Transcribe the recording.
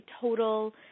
total